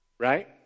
Right